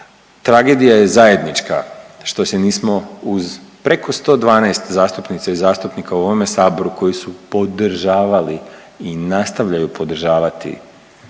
tragedija je zajednička što se nismo uz preko 112 zastupnica i zastupnika u ovome saboru koji su podržavali i nastavljaju podržavati